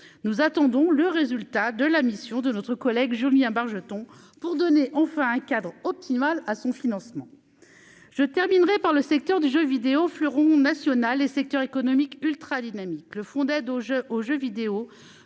nous attendons le résultat de la mission de notre collègue Julien Bargeton pour donner enfin un cadre optimal à son financement je terminerai par le secteur du jeu vidéo fleuron national et secteurs économiques ultra dynamique, le fonds d'aide aux Jeux aux